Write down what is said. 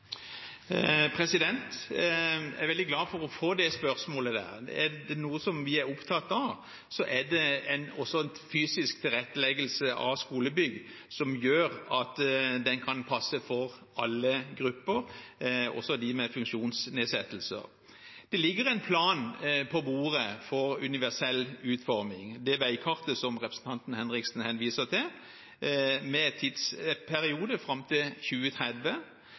Jeg er veldig glad for å få det spørsmålet. Er det noe vi er opptatt av, er det en fysisk tilretteleggelse også av skolebygg, som gjør at de kan passe for alle grupper, også for dem med funksjonsnedsettelser. Det ligger en plan på bordet for universell utforming – det veikartet som representanten Henriksen henviser til – med tidsperiode fram til 2030.